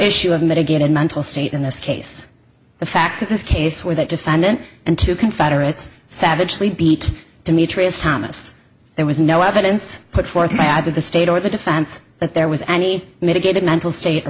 issue of mitigated mental state in this case the facts of this case were that defendant and two confederates savagely beat demetrius thomas there was no evidence put forth bad with the state or the defense that there was any mitigated mental state or